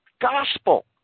gospel